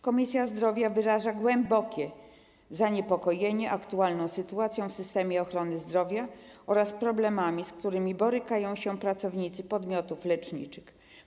Komisja Zdrowia wyraża głębokie zaniepokojenie aktualną sytuacją w systemie ochrony zdrowia oraz problemami, z którymi borykają się pracownicy podmiotów leczniczych.